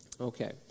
Okay